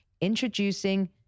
Introducing